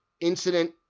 incident